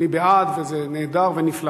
ואני בעד, וזה נהדר ונפלא.